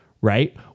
right